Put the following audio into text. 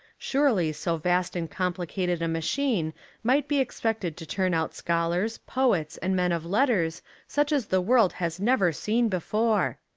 surely so vast and complicated a machine might be expected to turn out scholars, poets, and men of letters such as the world has never seen before.